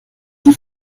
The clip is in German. die